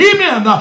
Amen